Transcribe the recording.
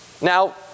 Now